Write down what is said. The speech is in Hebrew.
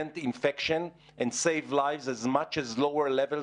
prevent-infection and save lives as much as lower levels